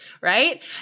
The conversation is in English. right